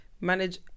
manage